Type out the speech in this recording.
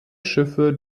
schiffe